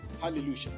hallelujah